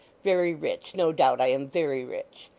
very rich. no doubt i am very rich